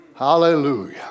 Hallelujah